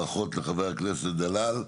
ברכות לחבר הכנסת דלל,